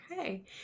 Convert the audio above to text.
Okay